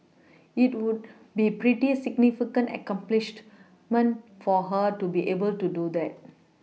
it would be a pretty significant accomplishment for her to be able to do that